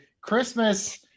Christmas